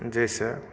जाहिसॅं